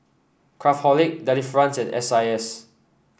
Craftholic Delifrance and S I S